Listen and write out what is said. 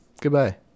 goodbye